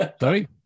Sorry